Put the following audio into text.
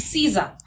Caesar